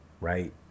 Right